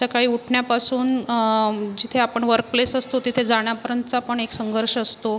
सकाळी उठण्यापासून जिथे आपण वर्कप्लेस असतो तिथे जाण्यापर्यंतचा पण एक संघर्ष असतो